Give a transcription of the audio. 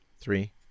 Three